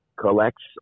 Collects